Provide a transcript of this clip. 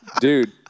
Dude